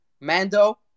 Mando